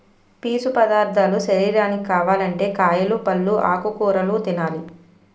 పీసు పదార్ధాలు శరీరానికి కావాలంటే కాయలు, పల్లు, ఆకుకూరలు తినాలి